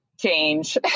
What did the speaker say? change